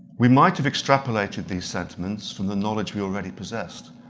we might have extrapolated these sentiments from the knowledge we already possessed,